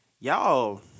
Y'all